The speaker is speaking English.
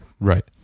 Right